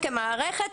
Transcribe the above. כמערכת,